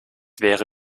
wäre